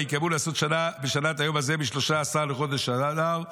ויקבעו לעשות שנה בשנה את היום הזה בשלושה עשר לחודש אדר.